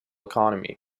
economy